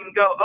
go